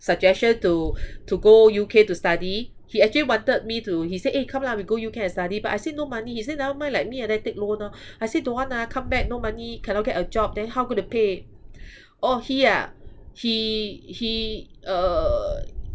suggestion to to go U_K to study he actually wanted me to he say eh come lah we go U_K and study but I say no money he say never mind like me like that take loan lor I say don't want lah come back no money cannot get a job then how going to pay orh he ah he he uh